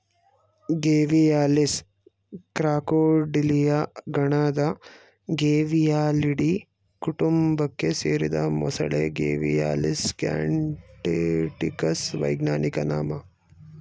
Gavialis Crocodilia ಗಣದ Gavialidae ಕುಟುಂಬಕ್ಕೆ ಸೇರಿದ ಮೊಸಳೆ ಗೇವಿಯಾಲಿಸ್ ಗ್ಯಾಂಜೆಟಿಕಸ್ ವೈಜ್ಞಾನಿಕ ನಾಮ